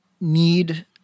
need